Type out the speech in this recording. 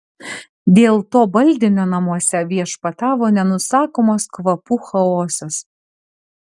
dėl to baldinio namuose viešpatavo nenusakomas kvapų chaosas